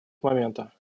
момента